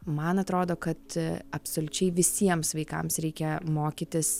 man atrodo kad absoliučiai visiems vaikams reikia mokytis